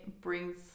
brings